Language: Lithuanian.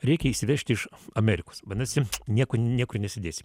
reikia įsivežti iš amerikos vadinasi niekur niekur nesidėsi